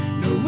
no